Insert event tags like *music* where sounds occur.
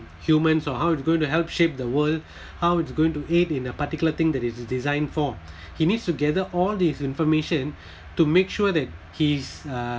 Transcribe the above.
humans or how it's going to help shape the world *breath* how it's going to aid in a particular thing that is designed for *breath* he needs together all this information *breath* to make sure that he's a